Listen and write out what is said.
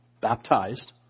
baptized